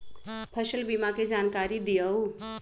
फसल बीमा के जानकारी दिअऊ?